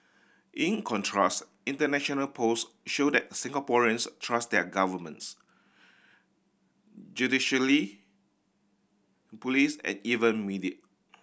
in contrast international polls show that Singaporeans trust their governments police and even media